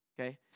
okay